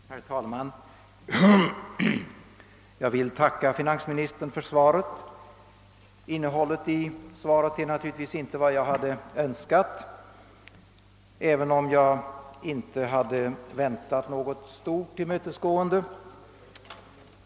Herr talman! Jag vill tacka finansministern för svaret. Innehållet är naturligtvis inte vad jag önskat, även om jag inte hade väntat något stort tillmötesgående.